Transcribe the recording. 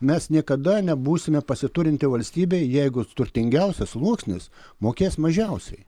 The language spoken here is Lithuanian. mes niekada nebūsime pasiturinti valstybė jeigu turtingiausias sluoksnis mokės mažiausiai